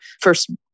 first